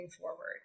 forward